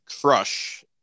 Crush